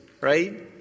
right